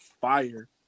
Fire